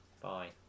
bye